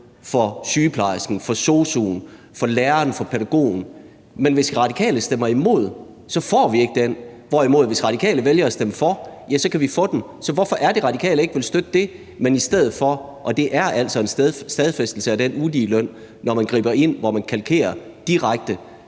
for sygeplejersken, for sosu'en, for læreren og for pædagogen. Men hvis Radikale stemmer imod, får vi det ikke, hvorimod hvis Radikale vælger at stemme for, kan vi få det. Så hvorfor er det, Radikale ikke vil støtte det? Og det er altså en stadfæstelse af den uligeløn, når man griber ind og direkte kalkerer et